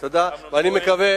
אני מקווה